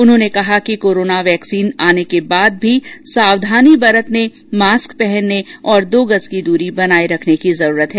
उन्होंने कहा कि कोराना वैक्सीन आने के बाद भी सावधानी बरतने मास्क पहनने दो गज की दूरी बनाये रखने की जरूरत है